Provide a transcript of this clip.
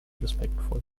respektvoll